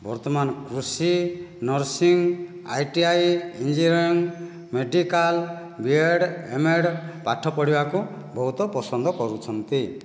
ବର୍ତ୍ତମାନ କୃଷି nursing ITI engineering medical BEd MEd ପାଠ ପଢ଼ିବାକୁ ବହୁତ ପସନ୍ଦ କରୁଛନ୍ତି